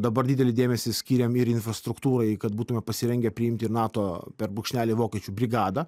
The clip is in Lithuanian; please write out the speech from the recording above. dabar didelį dėmesį skyrėm ir infrastruktūrai kad būtume pasirengę priimti ir nato per brūkšnelį vokiečių brigadą